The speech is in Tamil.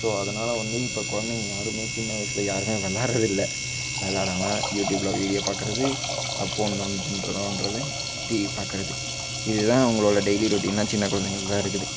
ஸோ அதனால வந்து இப்போ குலந்தைங்க யாருமே சின்ன வயதுல யாருமே விளாட்றதில்ல விளாடாம யூடியூப்ல வீடியோ பார்க்குறது ஃபோனை நோண் பண் நோண்டுறது டீவி பார்க்குறது இது தான் அவங்களோட டெய்லி ரொட்டீனாக சின்ன குலந்தைங்கள்தா இருக்குது